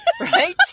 right